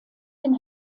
den